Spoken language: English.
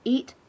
Eat